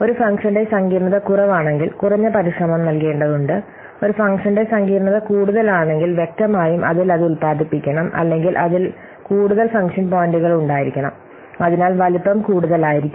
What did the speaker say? ഒരു ഫംഗ്ഷന്റെ സങ്കീർണ്ണത കുറവാണെങ്കിൽ കുറഞ്ഞ പരിശ്രമം നൽകേണ്ടതുണ്ട് ഒരു ഫംഗ്ഷന്റെ സങ്കീർണ്ണത കൂടുതലാണെങ്കിൽ വ്യക്തമായും അതിൽ അത് ഉൽപാദിപ്പിക്കണം അല്ലെങ്കിൽ അതിൽ കൂടുതൽ ഫംഗ്ഷൻ പോയിൻറുകൾ ഉണ്ടായിരിക്കണം അതിനാൽ വലുപ്പം കൂടുതൽ ആയിരിക്കും